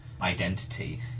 identity